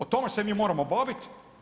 O tome se mi moramo bavit.